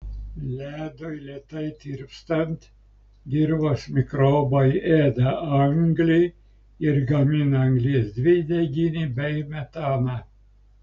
ledui lėtai tirpstant dirvos mikrobai ėda anglį ir gamina anglies dvideginį bei metaną